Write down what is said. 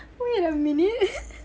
wait a minute